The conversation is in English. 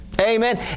Amen